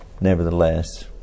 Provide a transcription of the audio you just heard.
nevertheless